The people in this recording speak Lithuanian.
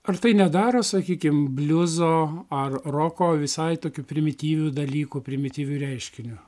ar tai nedaro sakykim bliuzo ar roko visai tokiu primityviu dalyku primityviu reiškiniu